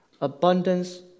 abundance